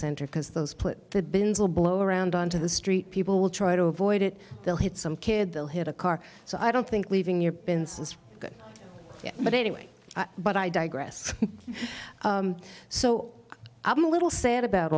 center because those put the bins will blow around on to the street people will try to avoid it they'll hit some kid they'll hit a car so i don't think leaving your bins but anyway but i digress so a little sad about